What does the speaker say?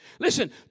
Listen